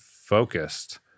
focused